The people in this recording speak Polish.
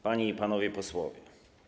Panie i Panowie Posłowie!